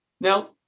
Now